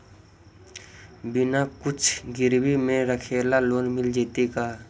बिना कुछ गिरवी मे रखले लोन मिल जैतै का?